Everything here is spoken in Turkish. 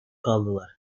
kaldılar